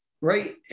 right